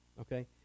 okay